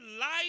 life